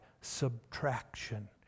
subtraction